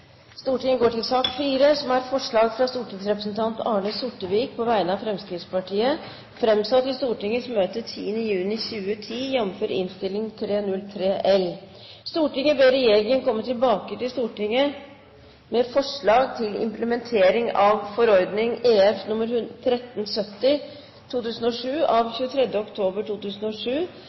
Stortinget forutsetter at midler om nødvendig forskotteres og dekkes over statsbudsjettet for 2011.» Det voteres over forslag fra stortingsrepresentant Arne Sortevik på vegne av Fremskrittspartiet framsatt i Stortingets møte 10. juni 2010: «Stortinget ber regjeringen komme tilbake til Stortinget med forslag til implementering av forordning nr. 1370/2007 av 23. oktober 2007